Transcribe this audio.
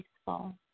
peaceful